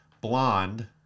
Blonde